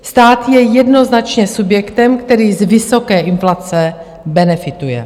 Stát je jednoznačně subjektem, který z vysoké inflace benefituje.